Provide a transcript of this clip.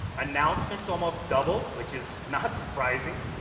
announcements almost doubled, which is not surprising.